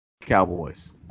Cowboys